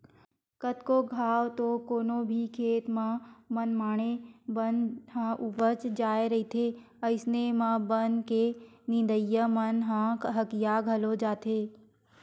कतको घांव तो कोनो भी खेत म मनमाड़े बन ह उपज जाय रहिथे अइसन म बन के नींदइया मन ह हकिया घलो जाथे